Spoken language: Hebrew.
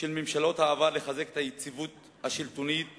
של ממשלות העבר לחזק את היציבות השלטונית